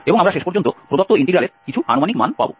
এবং আমরা শেষ পর্যন্ত প্রদত্ত ইন্টিগ্রালের কিছু আনুমানিক মান পাব